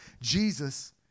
Jesus